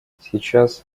сейчас